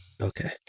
okay